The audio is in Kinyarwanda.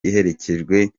iherekejwe